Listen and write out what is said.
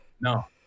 No